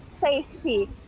safety